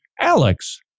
Alex